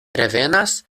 revenas